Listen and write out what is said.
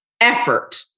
effort